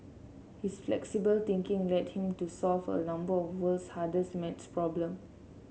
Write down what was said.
his flexible thinking led him to solve a number of world's hardest maths problem